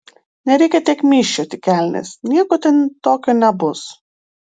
nereikia tiek myžčiot į kelnes nieko ten tokio nebus